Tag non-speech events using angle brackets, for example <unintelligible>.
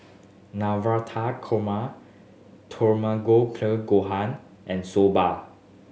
Navrata Korma <unintelligible> Gohan and Soba